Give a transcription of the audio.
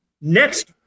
next